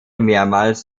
mehrmals